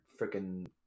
freaking